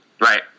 Right